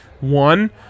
one